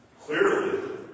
clearly